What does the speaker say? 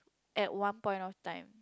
at one point of time